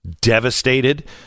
devastated